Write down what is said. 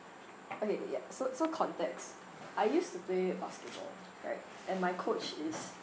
okay ya so so context I used to play basketball right and my coach is